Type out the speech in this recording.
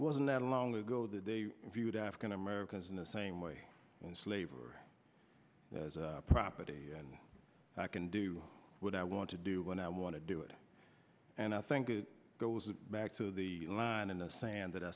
wasn't that long ago that they viewed african americans in the same way slave or as proper and i can do what i want to do when i want to do it and i think it goes back to the line in the sand that i